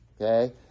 Okay